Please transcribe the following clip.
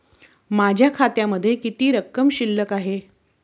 माझ्या खात्यामध्ये किती रक्कम शिल्लक आहे?